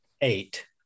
eight